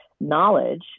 knowledge